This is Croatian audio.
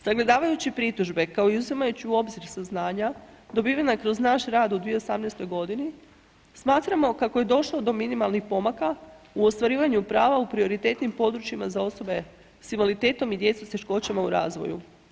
Sagledavajući pritužbe kao i uzimajući u obzir saznanja dobivena kroz naš rad u 2018. godini smatramo kako je došlo do minimalnih pomaka u ostvarivanju prava u prioritetnim područjima za osobe s invaliditetom i djecu s teškoćama u razvoju.